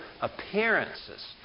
Appearances